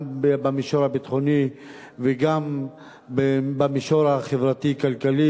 במישור הביטחוני וגם במישור החברתי-כלכלי,